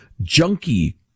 junkie